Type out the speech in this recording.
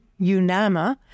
UNAMA